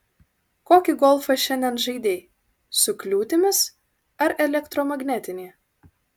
kokį golfą šiandien žaidei su kliūtimis ar elektromagnetinį